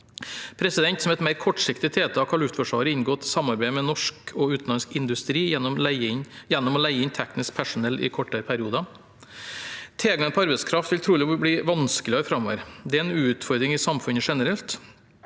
på sikt. Som et mer kortsiktig tiltak har Luftforsvaret inngått samarbeid med norsk og utenlandsk industri gjennom å leie inn teknisk personell i kortere perioder. Tilgangen på arbeidskraft vil trolig bli vanskeligere framover. Det er en utfordring i samfunnet generelt.